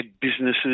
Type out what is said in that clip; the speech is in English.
businesses